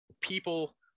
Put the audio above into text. people